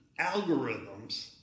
algorithms